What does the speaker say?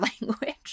language